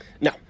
No